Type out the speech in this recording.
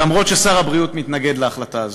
למרות העובדה ששר הבריאות מתנגד להחלטה הזו,